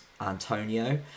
antonio